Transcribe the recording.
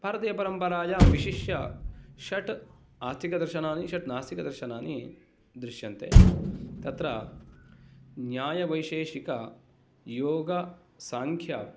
भारतीयपरम्परायां विशिष्य षट् आस्तिकदर्शनानि षट् नास्तिकदर्शनानि दृश्यन्ते तत्र न्यायवैशेषिकयोगसांख्य